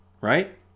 right